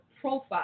profile